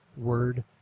word